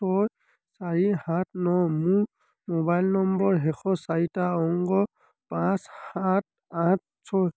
ছয় চাৰি সাত ন মোৰ মোবাইল নম্বৰ শেষৰ চাৰিটা অংক পাঁচ সাত আঠ ছয়